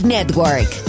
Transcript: Network